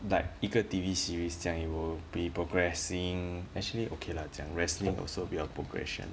like 一个 T_V series 这样 you will be progressing actually okay lah 讲 wrestling also a bit of progression